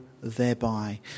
thereby